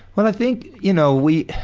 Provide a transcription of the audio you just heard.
well, i think, y'know, we.